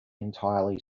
entirely